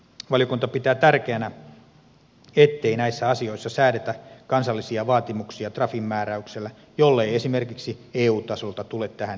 valiokunta pitää tärkeänä ettei näissä asioissa säädetä kansallisia vaatimuksia trafin määräyksellä jollei esimerkiksi eu tasolta tule tähän erikseen velvoitteita